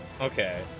Okay